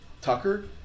Tucker